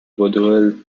vaudreuil